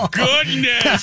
goodness